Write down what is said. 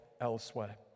elsewhere